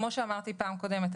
כפי שאמרתי בפעם הקודמת,